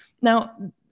Now